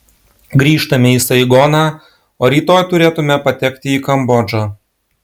grįžtame į saigoną o rytoj turėtume patekti į kambodžą